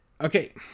Okay